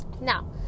Now